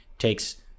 takes